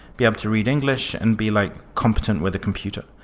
be able to read english and be like competent with a computer.